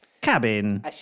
cabin